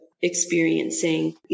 experiencing